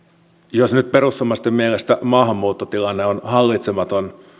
jos nyt perussuomalaisten mielestä maahanmuuttotilanne on hallitsematon